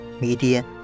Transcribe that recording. media